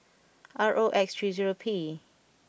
R O X three zero P